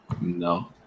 No